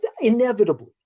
inevitably